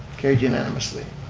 carried unanimously.